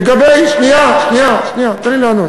שנייה, תן לי לענות.